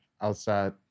outside